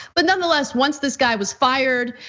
but nonetheless, once this guy was fired,